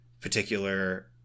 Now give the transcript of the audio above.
particular